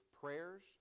prayers